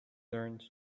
learned